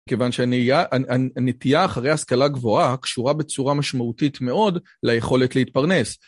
כיוון שהנטייה אחרי השכלה גבוהה קשורה בצורה משמעותית מאוד ליכולת להתפרנס.